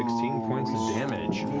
sixteen points of damage.